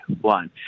one